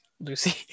Lucy